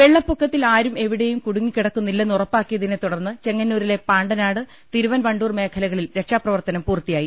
വെള്ളപ്പൊക്കത്തിൽ ആരും എവിടെയും കുടുങ്ങിക്കിടക്കുന്നി ല്ലെന്ന് ഉറപ്പാക്കിയതിനെ തുടർന്ന് ചെങ്ങന്നൂരിലെ പാണ്ടനാട് തിരു വൻവണ്ടൂർ മേഖലകളിൽ രക്ഷാപ്രവർത്തനം പൂർത്തിയായി